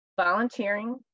Volunteering